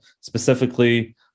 specifically